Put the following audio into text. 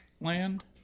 land